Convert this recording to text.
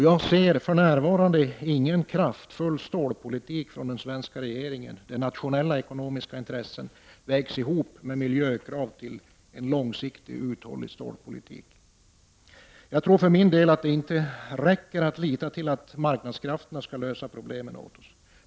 Jag ser för närvarande ingen kraftfull stålpolitik från den svenska regeringens sida där nationella ekonomiska intressen vägs ihop med miljökrav och utformas till en långsiktigt uthållig stålpolitik. Jag tror för min del att det inte räcker med att lita till att marknadskrafterna skall lösa problemen åt oss.